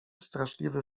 straszliwy